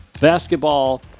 Basketball